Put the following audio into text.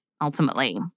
ultimately